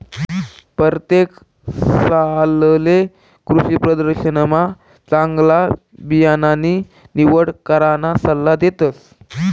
परतेक सालले कृषीप्रदर्शनमा चांगला बियाणानी निवड कराना सल्ला देतस